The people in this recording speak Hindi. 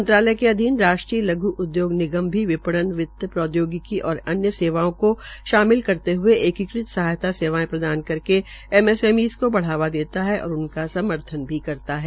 मंत्रालय के अधीन राष्ट्रीय लघ् उद्योग निगम भी विपणन वित प्रौद्योगिकी और अन्य सेवाओं को शामिल करते हये एकीकृत सहायता सेवायें प्रदान करके एसएमएमईस को बढ़ावा देता है और उनका समर्थन भी करता है